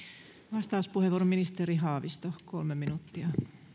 vastauspuheenvuoro ministeri haavisto kolme minuuttia